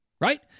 right